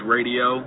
Radio